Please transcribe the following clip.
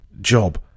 job